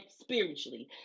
spiritually